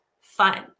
fun